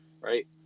right